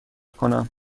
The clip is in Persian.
کنم